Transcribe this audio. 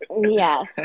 Yes